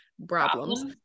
problems